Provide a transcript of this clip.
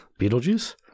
Beetlejuice